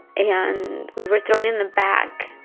and we were thrown in the back,